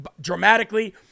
dramatically